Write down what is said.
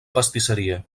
pastisseria